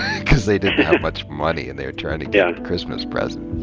cause they didn't have much money and they were trying to get us christmas presents.